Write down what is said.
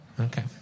Okay